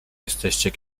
jesteście